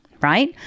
right